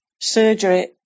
surgery